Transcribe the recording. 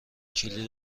کلید